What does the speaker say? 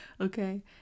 Okay